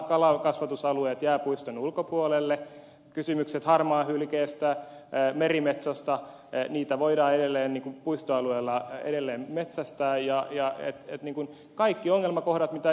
kalankasvatusalueet jäävät puiston ulkopuolelle kysymykset harmaahylkeestä merimetsosta niitä voidaan edelleen puistoalueilla metsästää että kaikki ongelmakohdat mitä ed